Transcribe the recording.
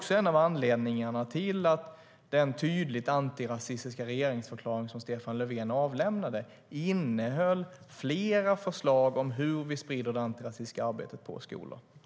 Det är en av anledningarna till att den tydligt antirasistiska regeringsförklaring som Stefan Löfven avlämnade innehöll flera förslag om hur vi ska sprida det antirasistiska arbetet på skolorna.